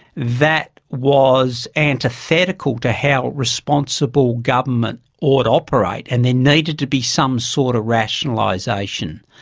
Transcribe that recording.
that was antithetical to how a responsible government would operate, and they needed to be some sort of rationalisation.